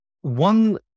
one